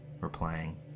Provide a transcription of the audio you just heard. replying